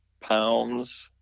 pounds